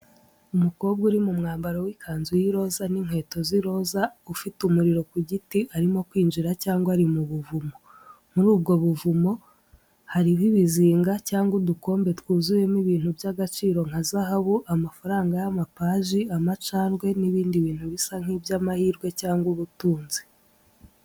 Umukobwa uri mu mwambaro w'ikanzu y'iroza n'inkweto z'iroza, ufite umuriro ku giti arimo kwinjira cyangwa ari mu buvumo. Muri ubwo buvumo hariho ibizinga cyangwa udukombe twuzuyemo ibintu by'agaciro nka zahabu, amafaranga y'amapaji amacandwe n'ibindi bintu bisa nk'iby'amahirwe cyangwa ubutunzi.